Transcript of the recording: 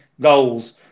goals